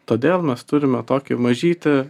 todėl mes turime tokį mažytį